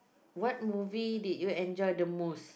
what movie did you enjoy the most